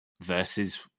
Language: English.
versus